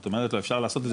את אומרת אפשר לעשות את זה,